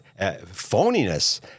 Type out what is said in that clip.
phoniness